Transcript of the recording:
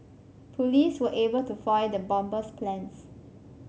police were able to foil the bomber's plans